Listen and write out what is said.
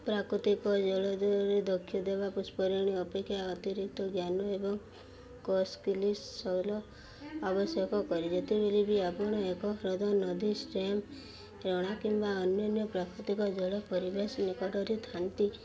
ପ୍ରାକୃତିକ ଜଳଦରେ ଦକ୍ଷ ଦେବା ପୁଷ୍ପରିଣୀ ଅପେକ୍ଷା ଅତିରିକ୍ତ ଜ୍ଞାନ ଏବଂ କୌଶଳ ଶୈଳୀ ଆବଶ୍ୟକ କରେ ଯେତେବେଳେ ବି ଆପଣ ଏକ ହ୍ରଦ ନଦୀ ଷ୍ଟେମ୍ ରଣା କିମ୍ବା ଅନ୍ୟାନ୍ୟ ପ୍ରାକୃତିକ ଜଳ ପରିବେଶ ନିକଟରେ ଥାଆନ୍ତି